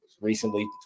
recently